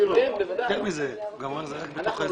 אנחנו ביקשנו לעשות את דליה ועוספיה משק מים סגור,